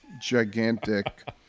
gigantic